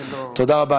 תודה רבה.